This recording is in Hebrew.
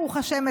ברוך השם,